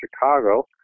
Chicago